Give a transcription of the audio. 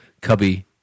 cubby